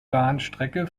bahnstrecke